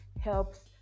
helps